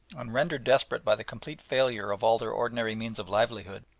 and rendered desperate by the complete failure of all their ordinary means of livelihood,